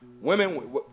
women